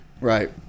Right